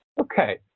Okay